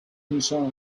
inside